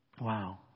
Wow